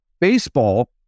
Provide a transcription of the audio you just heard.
baseball